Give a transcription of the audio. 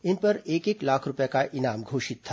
इन पर एक एक लाख रूपये का इनाम घोषित था